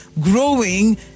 growing